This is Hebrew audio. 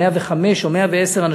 105,000 או 110,000